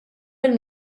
mill